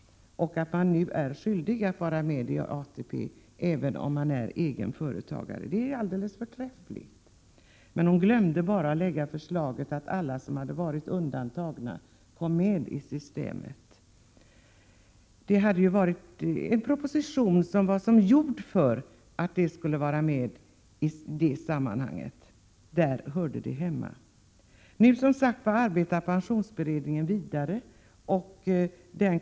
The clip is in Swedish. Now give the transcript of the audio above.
Nu är man alltså skyldig att vara medi ATP, även om man är egen företagare. Det är alldeles förträffligt, men Karin Söder glömde bara att lägga fram förslaget att alla som varit undantagna bör komma med i systemet. Förslaget hade passat utmärkt att vara med i det sammanhanget. Där hörde det hemma. Nu arbetar, som sagt, pensionsberedningen vidare.